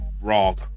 Wrong